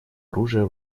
оружия